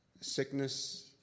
sickness